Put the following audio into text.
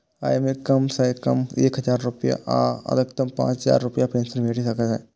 अय मे कम सं कम एक हजार रुपैया आ अधिकतम पांच हजार रुपैयाक पेंशन भेटि सकैए